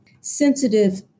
sensitive